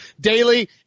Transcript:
Daily